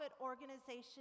organization